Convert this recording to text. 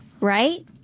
Right